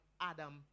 Adam